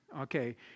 okay